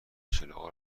چراغ